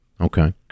Okay